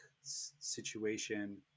situation